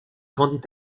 grandit